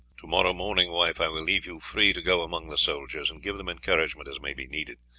to-morrow morning, wife, i will leave you free to go among the soldiers and give them encouragement as may be needed,